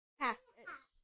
passage